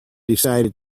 decided